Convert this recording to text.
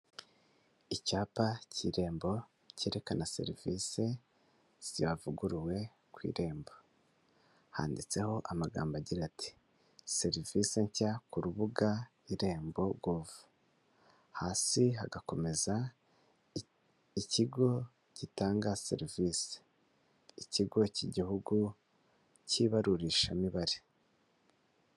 Acyapa cy'irembo cyerekana serivisi zavuguruwe ku irembo, handitseho amagambo agira ati serivisi nshya ku rubuga irembo govu, hasi hagakomeza ikigo gitanga serivisi, ikigo cy'igihugu cy'ibarurishamibare.